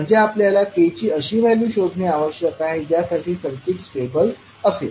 म्हणजे आपल्याला k ची अशी व्हॅल्यू शोधणे आवश्यक आहे ज्यासाठी सर्किट स्टेबल असेल